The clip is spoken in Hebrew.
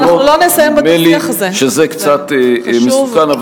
נדמה לי שזה קצת מסוכן.